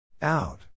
Out